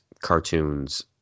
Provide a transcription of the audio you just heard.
cartoons